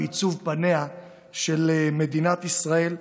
לעיצוב פניה של מדינת ישראל,